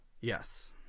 Yes